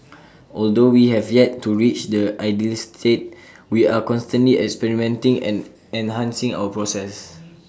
although we have yet to reach the ideal state we are constantly experimenting and enhancing our processes